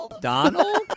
Donald